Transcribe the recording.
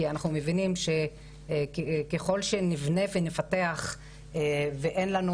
כי אנחנו מבינים שככל שנבנה ונטפח ואין לנו